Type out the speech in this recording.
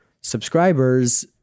subscribers